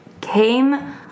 came